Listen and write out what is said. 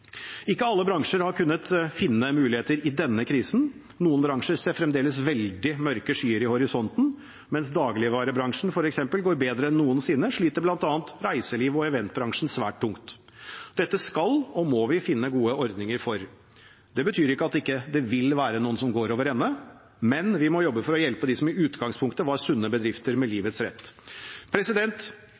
Ikke alle bransjer har kunnet finne muligheter i denne krisen. Noen bransjer ser fremdeles veldig mørke skyer i horisonten. Mens dagligvarebransjen f.eks. går bedre enn noensinne, sliter bl.a. reiselivs- og eventbransjen svært tungt. Dette skal og må vi finne gode ordninger for. Det betyr ikke at det ikke vil være noen som går over ende, men vi må jobbe for å hjelpe dem som i utgangspunktet var sunne bedrifter med livets rett.